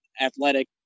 athletic